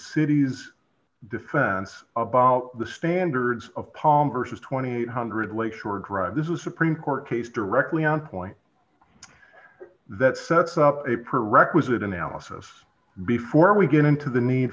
city's defense about the standards of palm versus two thousand eight hundred lakeshore drive this is a supreme court case directly on point that sets up a prerequisite analysis before we get into the need